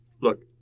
look